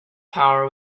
power